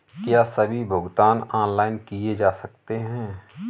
क्या सभी भुगतान ऑनलाइन किए जा सकते हैं?